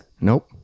Nope